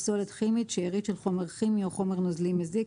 "פסולת כימית" שארית של חומר כימי או חומר נוזלי מזיק,